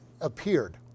appeared